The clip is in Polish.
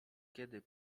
kiedy